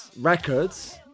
Records